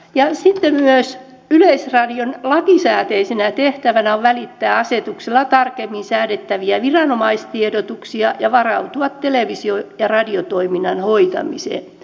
sitten myös yleisradion lakisääteisenä tehtävänä on välittää asetuksella tarkemmin säädettäviä viranomaistiedotuksia ja varautua televisio ja radiotoiminnan hoitamiseen